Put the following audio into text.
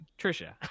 Trisha